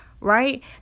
right